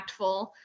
impactful